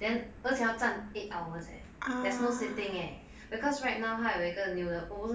then 而且要站 eight hours eh there's no sitting eh because right now 他一个 new 的 also